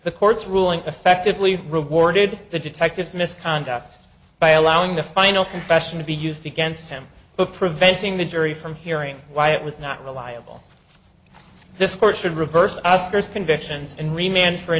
the court's ruling effectively rewarded the detective's misconduct by allowing the final confession to be used against him but preventing the jury from hearing why it was not reliable this court should reverse asters convictions and